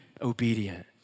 obedient